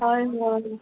हय हय